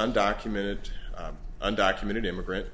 undocumented undocumented immigrant